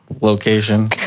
location